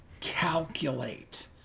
calculate